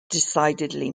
decidedly